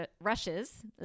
rushes